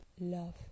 love